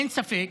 אין ספק